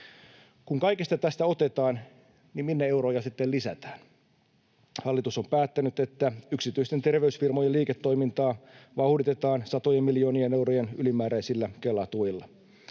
Kun kaikesta tästä otetaan, niin minne euroja sitten lisätään? Hallitus on päättänyt, että yksityisten terveysfirmojen liiketoimintaa vauhditetaan satojen miljoonien eurojen ylimääräisillä Kela-tuilla.